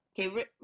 Okay